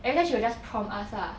everytime she will just prompt us lah